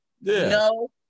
no